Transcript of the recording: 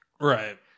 Right